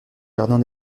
jardin